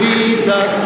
Jesus